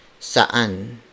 Saan